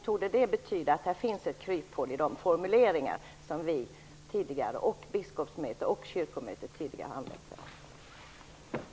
Innebär det att det finns ett kryphål i de formuleringar som vi, biskopsmötet och kyrkomötet tidigare har använt oss av?